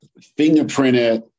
fingerprinted